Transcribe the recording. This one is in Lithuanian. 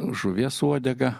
žuvies uodega